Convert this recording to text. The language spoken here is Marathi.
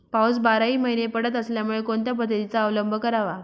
पाऊस बाराही महिने पडत असल्यामुळे कोणत्या पद्धतीचा अवलंब करावा?